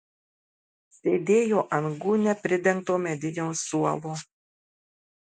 sėdėjo ant gūnia pridengto medinio suolo